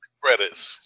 credits